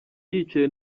yicaye